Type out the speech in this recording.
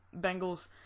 Bengals